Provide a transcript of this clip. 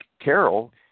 Carol